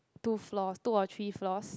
two floors two or three floors